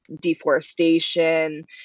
deforestation